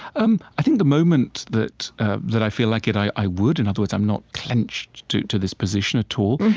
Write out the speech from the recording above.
um i think the moment that that i feel like it, i i would. in other words, i'm not clenched to to this position at all.